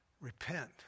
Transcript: repent